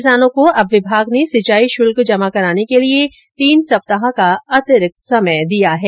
किसानों को अब विभाग ने सिंचाई शुल्क जमा कराने के लिए तीन सप्ताह का अतिरिक्त समय दिया गया है